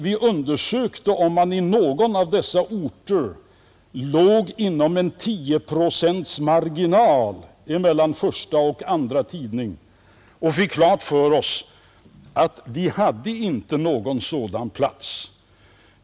Vi undersökte om man på någon av dessa orter låg inom en 10-procentsmarginal mellan förstaoch andratidning och fick klart för oss att det inte fanns någon sådan plats.